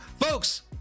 folks